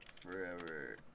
forever